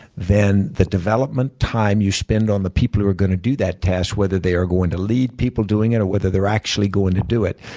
then the development time you spend on the people who are going to do that task, whether they are going to lead people doing it or whether they are actually going to do it,